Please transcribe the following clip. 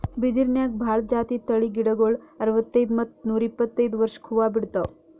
ಬಿದಿರ್ನ್ಯಾಗ್ ಭಾಳ್ ಜಾತಿ ತಳಿ ಗಿಡಗೋಳು ಅರವತ್ತೈದ್ ಮತ್ತ್ ನೂರ್ ಇಪ್ಪತ್ತೈದು ವರ್ಷ್ಕ್ ಹೂವಾ ಬಿಡ್ತಾವ್